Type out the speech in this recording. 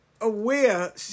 aware